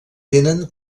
tenen